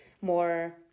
more